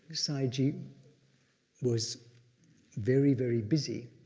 sayagyi was very, very busy.